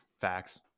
Facts